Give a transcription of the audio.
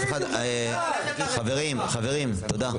חברים, תודה.